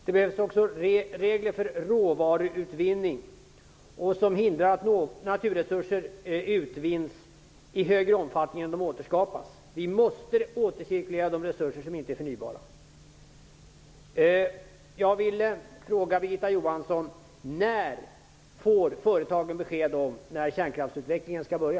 Det behövs också regler för råvaruutvinning, regler som hindrar att naturresurser utvinns i större omfattning än de återskapas. Vi måste återcirkulera de resurser som inte är förnybara.